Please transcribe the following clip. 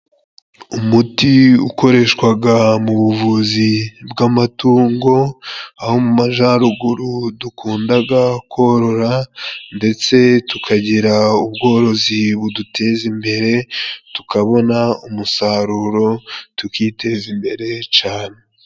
Umuti ukoreshwaga mu buvuzi bw'amatungo aho mu majaruguru dukundaga korora ndetse tukagira ubworozi buduteza imbere tukabona umusaruro tukiteza imbere cane.